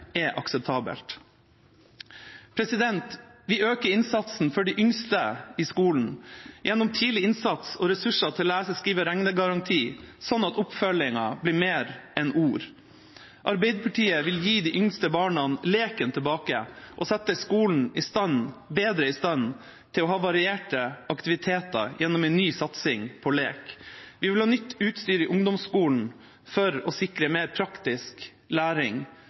akseptabelt. Vi øker innsatsen for de yngste i skolen gjennom tidlig innsats og ressurser til lese-, skrive- og regnegaranti, slik at oppfølgingen blir mer enn ord. Arbeiderpartiet vil gi de yngste barna leken tilbake og sette skolen bedre i stand til å ha varierte aktiviteter gjennom en ny satsing på lek. Vi vil ha nytt utstyr i ungdomsskolen for å sikre mer praktisk læring.